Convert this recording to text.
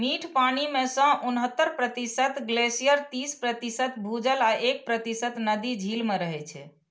मीठ पानि मे सं उन्हतर प्रतिशत ग्लेशियर, तीस प्रतिशत भूजल आ एक प्रतिशत नदी, झील मे रहै छै